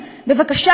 בבקשה,